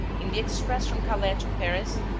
in the express from calais to paris,